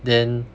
then